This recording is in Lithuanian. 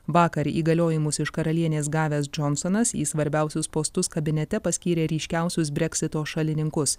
vakar įgaliojimus iš karalienės gavęs džonsonas į svarbiausius postus kabinete paskyrė ryškiausius breksito šalininkus